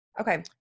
Okay